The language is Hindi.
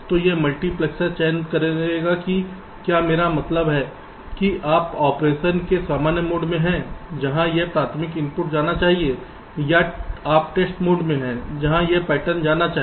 तो यह मल्टीप्लेक्सर चयन करेगा कि क्या मेरा मतलब है कि आप ऑपरेशन के सामान्य मोड में हैं जहां यह प्राथमिक इनपुट जाना चाहिए या आप टेस्ट मोड में हैं जहां यह पैटर्न जाना चाहिए